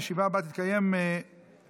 הישיבה הבאה תתקיים היום,